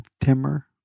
timber